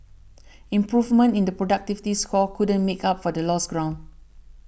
improvement in the productivity score couldn't make up for the lost ground